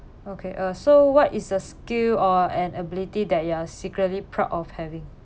okay uh so what is a skill or an ability that you are secretly proud of having